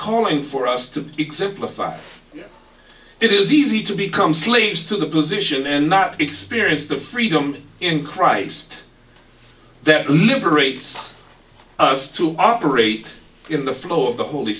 calling for us to exemplify it is easy to become slaves to the position and not experience the freedom in christ that liberates us to operate in the flow of the holy